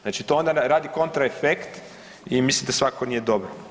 Znači to onda radi kontraefekt i mislim da svakako nije dobro.